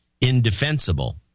indefensible